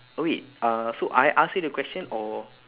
oh wait uh so I ask you the question or